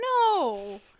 no